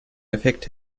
effekt